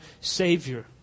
Savior